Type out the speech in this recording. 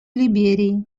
либерии